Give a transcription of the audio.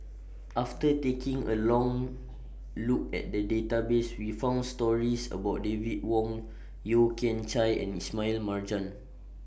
after taking A Long Look At The Database We found stories about David Wong Yeo Kian Chye and Ismail Marjan